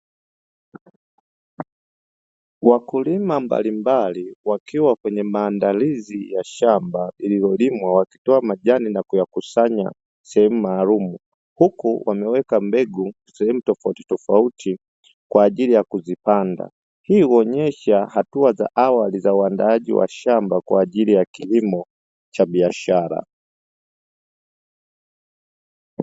Wakulima mbalimbali wakiwa kwenye maandalizi ya shamba lililolimwa wakitoa majani na kuyakusanya sehemu maalumu, huku wameweka mbegu sehemu tofautitofauti kwa ajili ya kuzipanda. Hii huonesha hatua za awali za uandaaji wa shamba kwa ajili ya kilimo cha biashara.